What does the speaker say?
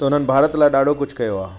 त हुननि भारत लाइ ॾाढो कुझु कयो आहे